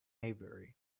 maybury